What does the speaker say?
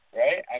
right